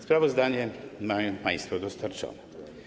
Sprawozdanie mają państwo dostarczone.